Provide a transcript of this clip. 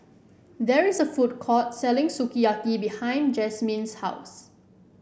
there is a food court selling Sukiyaki behind Jazmyn's house